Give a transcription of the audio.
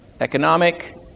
economic